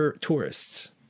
tourists